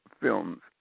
films